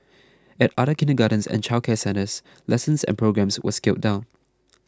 at other kindergartens and childcare centres lessons and programmes were scaled down